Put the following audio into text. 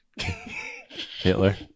Hitler